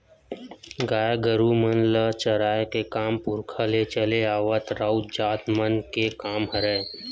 गाय गरु मन ल चराए के काम पुरखा ले चले आवत राउत जात मन के काम हरय